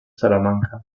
salamanca